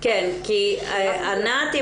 ענת,